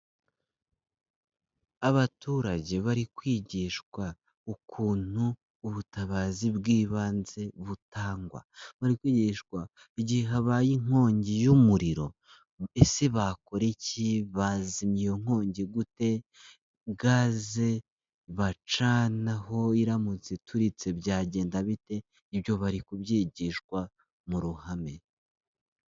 Abaturage bari kwigishwa ukuntu ubutabazi bw'ibanze butangwa. Bari kwigishwa igihe habaye inkongi y'umuriro ese bakora iki, bazimya iyo nkongi gute gaze bacanaho iramutse ituritse byagenda bite? Ibyo bari kubyigishwa mu ruhame.